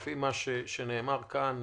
לפי מה שנאמר כאן,